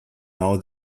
now